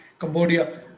Cambodia